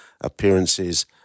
appearances